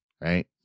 Right